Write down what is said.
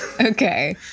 Okay